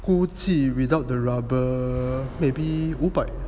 估计 without the rubber or maybe 五百